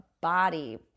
body